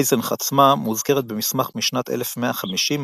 אייזנך עצמה מוזכרת במסמך משנת 1150,